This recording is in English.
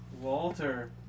Walter